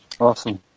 awesome